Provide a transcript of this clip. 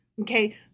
Okay